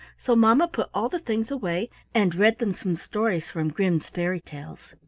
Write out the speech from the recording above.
so mamma put all the things away, and read them some stories from grimm's fairy tales.